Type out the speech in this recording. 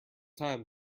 time